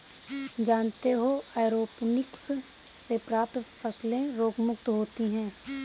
जानते हो एयरोपोनिक्स से प्राप्त फलें रोगमुक्त होती हैं